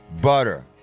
Butter